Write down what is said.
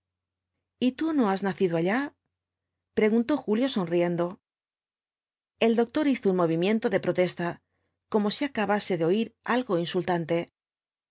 y tú no has nacido allá preguntó julio sonriendo el doctor hizo un movimiento de protesta como si acabase de oir algo insultante